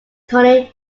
tony